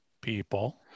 people